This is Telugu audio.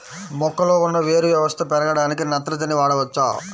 మొక్కలో ఉన్న వేరు వ్యవస్థ పెరగడానికి నత్రజని వాడవచ్చా?